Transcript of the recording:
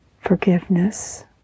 forgiveness